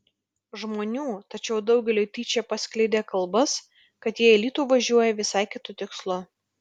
žmonių tačiau daugeliui tyčia paskleidė kalbas kad jie į alytų važiuoja visai kitu tikslu